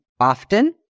often